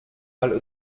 mal